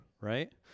right